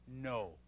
No